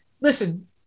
listen